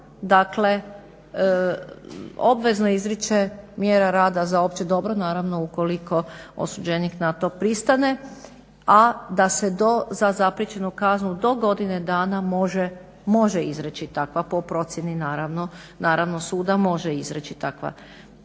dakle obvezno izriče mjera rada za opće dobro. Naravno ukoliko osuđenik na to pristane, a da se za zapriječenu kaznu do godine dana može izreći takva, po procjeni naravno suda, može izreći takva